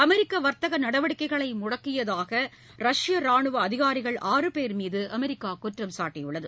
அமெரிக்க வர்த்தக நடவடிக்கைகளை முடக்கியதாக ரஷ்ய ராணுவ அதிகாரிகள் ஆறு பேர் மீது அமெரிக்கா குற்றம் சாட்டியுள்ளது